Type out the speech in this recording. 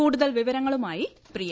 കൂടുതൽ വിവരങ്ങളുമായി പ്രിയ